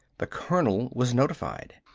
the colonel was notified.